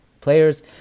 players